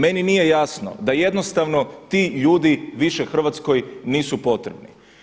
Meni nije jasno da jednostavno ti ljudi više Hrvatskoj nisu potrebno.